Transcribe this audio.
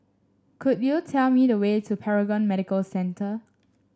could you tell me the way to Paragon Medical Centre